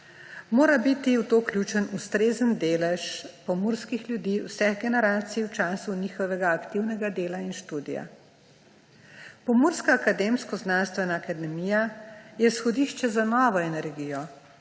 mora biti v to vključen ustrezen delež pomurskih ljudi vseh generacij v času njihovega aktivnega dela in študija. Pomurska akademsko-znanstvena unija je izhodišče za novo energijo,